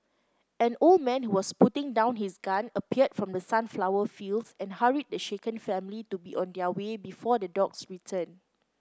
an old man who was putting down his gun appeared from the sunflower fields and hurried the shaken family to be on their way before the dogs return